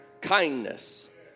kindness